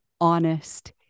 honest